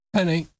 Penny